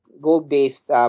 gold-based